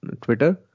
Twitter